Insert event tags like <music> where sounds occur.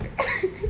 <laughs>